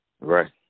Right